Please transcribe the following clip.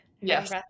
Yes